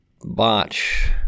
botch